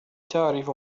تعرف